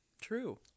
True